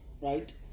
right